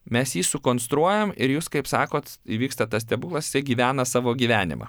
mes jį sukonstruojam ir jūs kaip sakot įvyksta tas stebuklas jisai gyvena savo gyvenimą